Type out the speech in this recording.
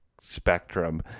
spectrum